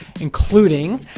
including